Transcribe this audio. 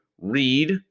read